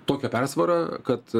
tokią persvara kad